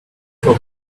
for